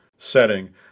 Setting